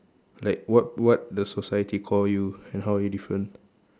like what what the society call you and how are you different